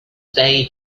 stay